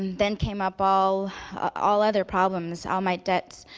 then came up all all other problems. all my debts,